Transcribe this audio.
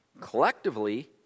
Collectively